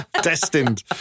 Destined